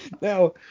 Now